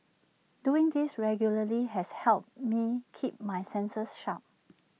doing this regularly has helped me keep my senses sharp